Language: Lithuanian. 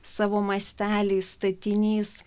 savo mastelį statinys